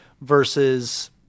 versus